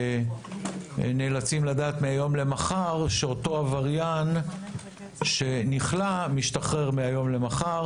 שנאלצים לדעת מהיום למחר שאותו עבריין שנכלא משתחרר מהיום למחר.